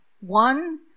one